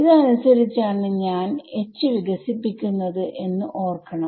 ഇത് അനുസരിച്ചാണ് ഞാൻ H വികസിപ്പിക്കുന്നത് എന്ന് ഓർക്കണം